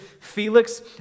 Felix